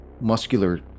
muscular